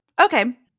Okay